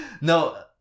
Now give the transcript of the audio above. no